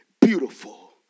beautiful